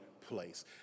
place